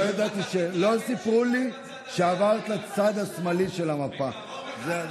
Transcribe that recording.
לא סיפרו לי שעברת לצד השמאלי של המפה.